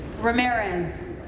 Ramirez